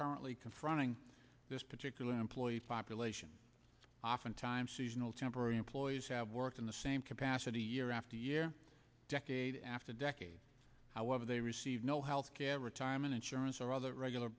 currently confronting this particular employee population oftentimes seasonal temporary employees have worked in the same capacity year after year decade after decade however they receive no health care retirement insurance or other regular